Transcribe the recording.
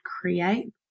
create